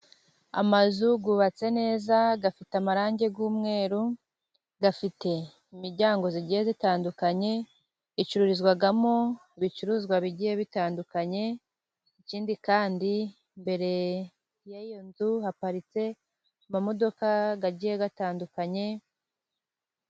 Amazu yubatse neza afite amarangi y'umweru, afite imiryango igiye itandukanye icururizwamo ibicuruzwa bigiye bitandukanye, ikindi kandi imbere y'iyo nzu haparitse imodoka zigiye zitandukanye.